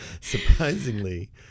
surprisingly